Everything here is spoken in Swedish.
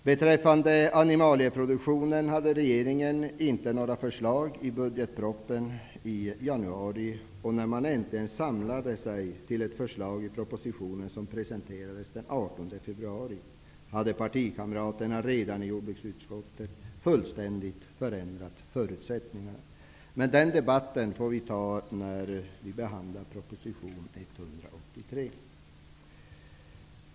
Beträffande animalieproduktionen hade regeringen inga förslag i budgetpropositionen i januari, och när man äntligen samlade sig till ett förslag i den proposition som presenterades den 18 februari, hade partikamraterna i jordbruksutskottet redan fullständigt förändrat förutsättningarna. Men den debatten får vi föra när vi behandlar proposition 183.